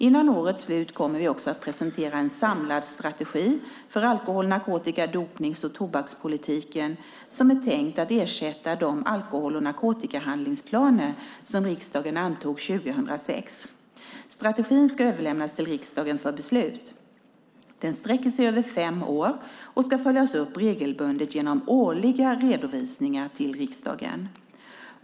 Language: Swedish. Innan årets slut kommer vi också att presentera en samlad strategi för alkohol-, narkotika-, dopnings och tobakspolitiken som är tänkt att ersätta de alkohol och narkotikahandlingsplaner som riksdagen antog 2006. Strategin ska överlämnas till riksdagen för beslut. Den sträcker sig över fem år och ska följas upp regelbundet genom årliga redovisningar till riksdagen.